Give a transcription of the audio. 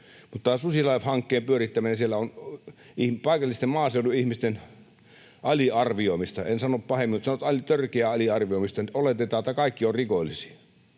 mutta tämän SusiLIFE-hankkeen pyörittäminen siellä on paikallisten maaseudun ihmisten aliarvioimista — en sano pahemmin — törkeää aliarvioimista, että oletetaan, että kaikki ovat rikollisia.